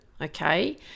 Okay